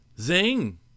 Zing